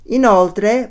Inoltre